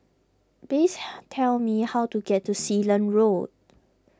please tell me how to get to Sealand Road